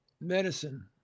medicine